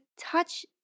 touch